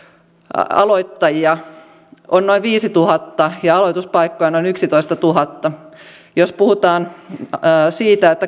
aloittajia on noin viisituhatta ja aloituspaikkoja noin yksitoistatuhatta jos puhutaan siitä että